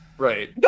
Right